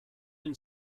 and